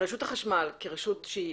רשות החשמל שהיא רשות לאומית,